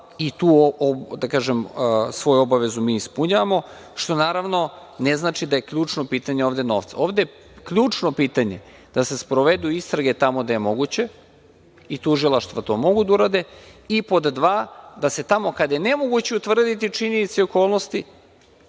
i tu svoju obavezu mi ispunjavamo, što naravno ne znači da je ključno pitanje ovde novca. Ovde je ključno pitanje da se sprovedu istrage tamo gde je moguće i tužilaštva to mogu da urade i, po dva, da se tamo gde je nemoguće utvrditi činjenice i okolnosti